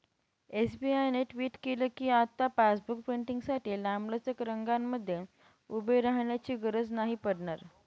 SBI ने tweet केल कीआता पासबुक प्रिंटींगसाठी लांबलचक रंगांमध्ये उभे राहण्याची गरज नाही पडणार